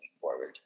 forward